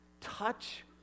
touch